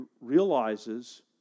realizes